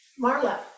Marla